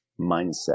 mindset